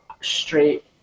straight